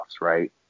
right